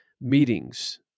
meetings